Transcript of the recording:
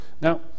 Now